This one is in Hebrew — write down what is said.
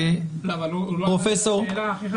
הוא לא ענה לי על השאלה הכי חשובה.